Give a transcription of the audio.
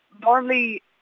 Normally